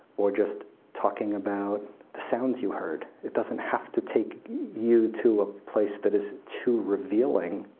or just talking about the sounds you heard. it doesn't have to take you to a place that is too revealing.